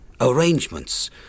arrangements